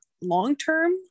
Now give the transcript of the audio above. long-term